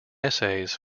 essays